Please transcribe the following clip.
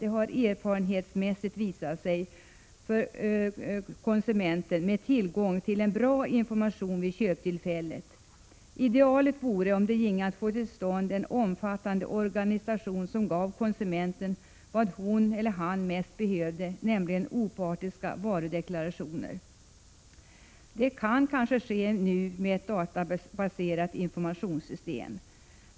Det har erfarenhetsmässigt visat sig att det är angeläget för konsumenten att ha tillgång till en bra information vid köptillfället. Idealet vore om det ginge att få till stånd en omfattande organisation som gav konsumenten vad hon eller han mest behövde, nämligen opartiska varudeklarationer. Det kan kanske ske med ett databaserat informationssystem.